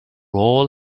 all